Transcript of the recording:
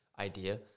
idea